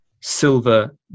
silver